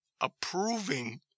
approving